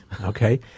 Okay